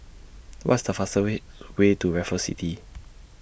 What's The fastest Way Way to Raffles City